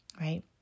right